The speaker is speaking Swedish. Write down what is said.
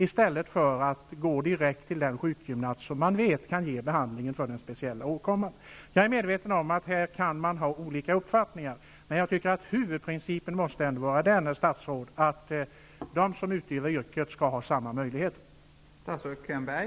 I stället kunde man gå direkt till den sjukgymnast som man vet kan ge behandling för den speciella åkomman. Jag är medveten om att man kan ha olika uppfattningar när det gäller de här sakerna, men huvudprincipen måste väl ändå vara den, herr statsråd, att de som utövar yrket skall ha samma möjligheter.